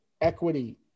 equity